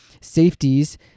safeties